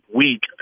week